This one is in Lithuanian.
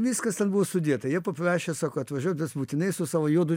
viskas ten buvo sudėta jie paprašė sako atvažiuok būtinai su savo juodu